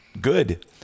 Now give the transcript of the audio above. Good